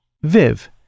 Viv